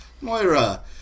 Moira